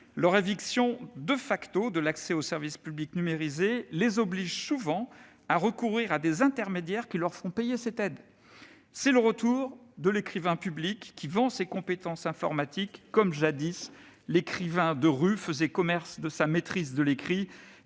Leur éviction de l'accès aux services publics numérisés les oblige souvent à recourir à des intermédiaires, qui leur font payer cette aide. C'est le retour de l'écrivain public qui vend ses compétences informatiques, comme jadis l'écrivain de rue faisait commerce de sa maîtrise de l'écrit